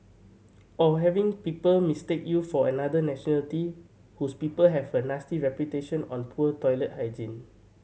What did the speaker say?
or having people mistake you for another nationality whose people have a nasty reputation on poor toilet hygiene